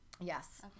Yes